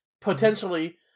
potentially